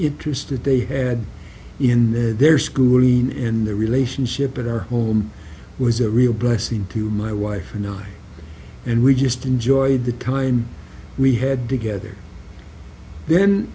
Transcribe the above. interest that they had in their school mean in the relationship at our home was a real blessing to my wife and i and we just enjoyed the time we had together then